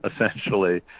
essentially